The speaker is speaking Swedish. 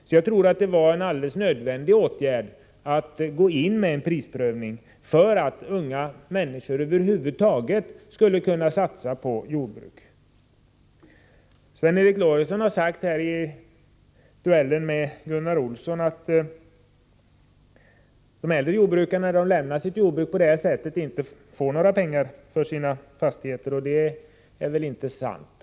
Så jag tror att det var en alldeles nödvändig åtgärd att gå in med prisprövning, för att unga människor över huvud taget skulle kunna satsa på jordbruk. Sven Eric Lorentzon har sagt i duellen med Gunnar Olsson att de äldre jordbrukarna, när de lämnar sitt jordbruk, på det sättet inte får några pengar för sina fastigheter, men det är inte sant.